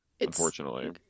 unfortunately